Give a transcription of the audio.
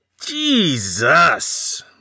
Jesus